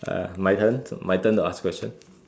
uh my turn my turn to ask question